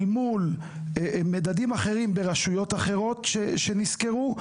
אל מול מדדים אחרים ברשויות אחרות שנסקרו,